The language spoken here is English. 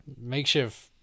makeshift